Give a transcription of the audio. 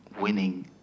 winning